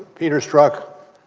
peter struck,